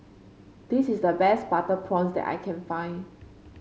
this is the best Butter Prawns that I can find